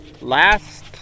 last